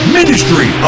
ministry